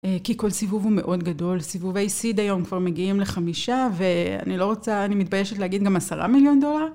כי כל סיבוב הוא מאוד גדול, סיבובי סיד היום כבר מגיעים לחמישה ואני לא רוצה, אני מתביישת להגיד גם עשרה מיליון דולר.